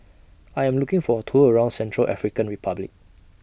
I Am looking For A Tour around Central African Republic